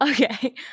Okay